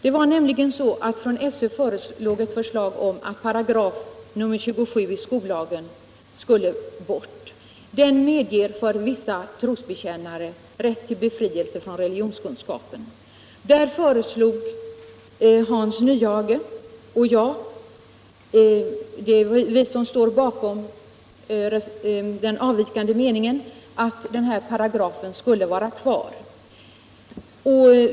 Det var nämligen så att från SÖ förelåg ett förslag om att 27 § i skollagen skulle tas bort. Den ger för vissa trosbekännare en rätt till befrielse från deltagande i undervisningen i religionskunskap. Hans Nyhage och jag föreslog då i en avvikande mening att denna paragraf skulle vara kvar.